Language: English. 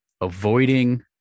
avoiding